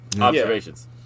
observations